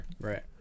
right